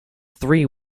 three